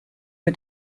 mit